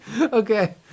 okay